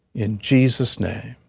in jesus' name.